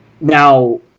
Now